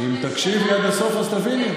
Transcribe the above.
אם תקשיבי עד הסוף אז תביני.